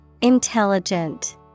Intelligent